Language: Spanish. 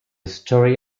story